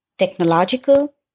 technological